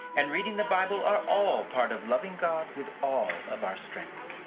and reading the bible are all part of loving god with all of our strength.